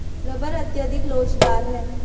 rubber अत्यधिक लोचदार है